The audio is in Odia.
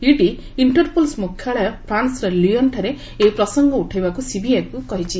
ଇଡି ଇଷ୍ଟରପୋଲ୍ ମୁଖ୍ୟାଳୟ ଫ୍ରାନ୍ନର ଲିଅନ୍ଠାରେ ଏହି ପ୍ରସଙ୍ଗ ଉଠାଇବାକୁ ସିବିଆଇକୁ କହିଛି